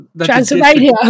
Transylvania